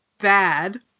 bad